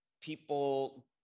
people